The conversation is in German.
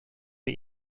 wir